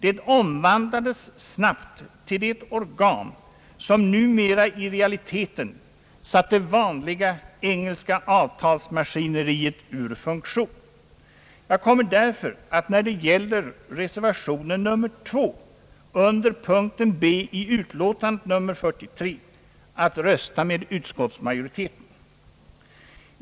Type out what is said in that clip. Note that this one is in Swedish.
Det omvandlades snabbt till det organ som numera i realiteten satt det vanliga engelska avtalsmaskineriet ur funktion. Jag kommer därför, att när det gäller reservation 2 under punkten B i bankoutskottets utlåtande nr 42, att rös ta med utskottsmajoriteten.